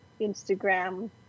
Instagram